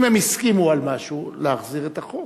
אם הם הסכימו על משהו, להחזיר את החוק?